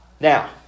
now